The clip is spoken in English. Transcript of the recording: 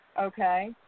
okay